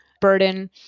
burden